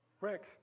Rick